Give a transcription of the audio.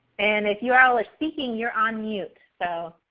and if you are ah ah speaking you're on mute. so